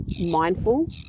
mindful